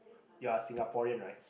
you are Singaporean right